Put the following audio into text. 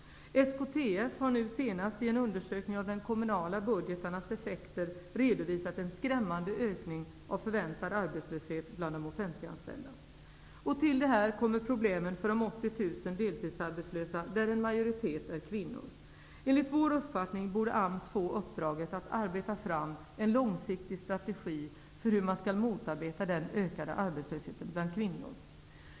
SKTF har nu senast i en undersökning av de kommunala budgetarnas effekter redovisat en skrämmande ökning av förväntad arbetslöshet bland de offentliganställda. Till detta kommer problemet för de 80 000 Enligt vår uppfattning borde AMS få uppdraget att arbeta fram en långsiktig strategi för hur man skall motarbeta den ökande arbetslösheten bland kvinnor.